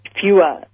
fewer